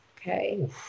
okay